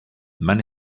many